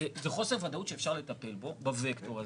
זה חוסר ודאות שאפשר לטפל בו בווקטור הזה.